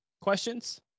questions